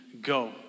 Go